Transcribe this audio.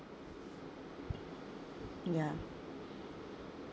ya